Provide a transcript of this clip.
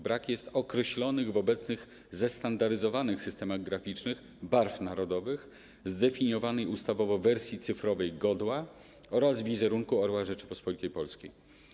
Brak jest określonych w obecnych zestandaryzowanych systemach graficznych barw narodowych w zdefiniowanej ustawowo wersji cyfrowej godła oraz wizerunku orła Rzeczypospolitej Polskiej.